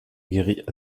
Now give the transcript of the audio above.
guérit